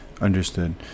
understood